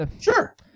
Sure